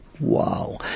Wow